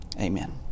Amen